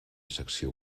secció